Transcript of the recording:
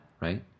right